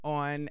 on